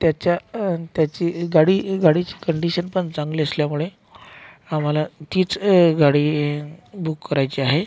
त्याच्या त्याची गाडी गाडीची कंडिशन पण चांगली असल्यामुळे आम्हाला तीच गाडी बुक करायची आहे